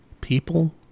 people